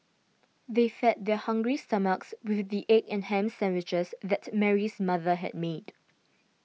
they fed their hungry stomachs with the egg and ham sandwiches that Mary's mother had made